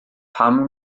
pam